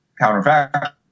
counterfactual